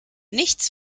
nichts